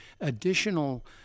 additional